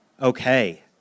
Okay